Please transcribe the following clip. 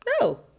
No